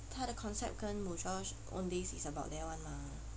他的 concept 跟 Mujosh Owndays is about there one lah